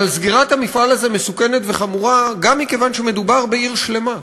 אבל סגירת המפעל הזה מסוכנת וחמורה גם מכיוון שמדובר בעיר שלמה,